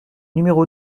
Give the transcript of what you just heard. numéro